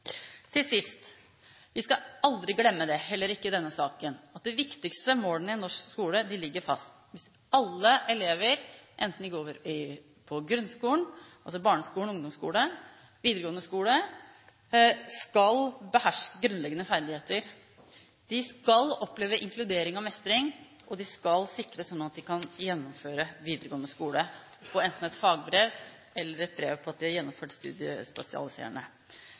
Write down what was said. Til sist: Vi skal aldri glemme – heller ikke i denne saken – at de viktigste målene for norsk skole ligger fast. Alle elever, enten de går i grunnskolen, altså i barne- og ungdomsskolen, eller i videregående skole, skal beherske grunnleggende ferdigheter. De skal oppleve inkludering og mestring, og de skal sikres slik at de kan gjennomføre videregående skole og få enten et fagbrev eller et brev på at de har gjennomført